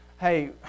Hey